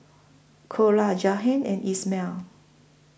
Cora Jahiem and Ismael